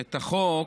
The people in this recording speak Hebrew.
את החוק,